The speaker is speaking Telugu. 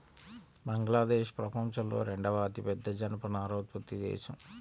బంగ్లాదేశ్ ప్రపంచంలో రెండవ అతిపెద్ద జనపనార ఉత్పత్తి దేశం